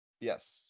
Yes